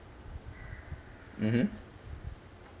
mmhmm